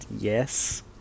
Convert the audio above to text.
yes